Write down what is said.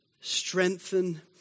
strengthen